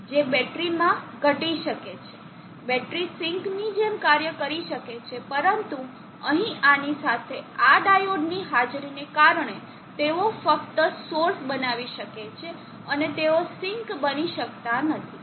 જે બેટરીમાં ઘટી શકે છે બેટરી સિંક ની જેમ કાર્ય કરી શકે છે પરંતુ અહીં આની સાથે આ ડાયોડની હાજરીને કારણે તેઓ ફક્ત સોર્સ બનાવી શકે છે અને તેઓ સિંક બની શકતા નથી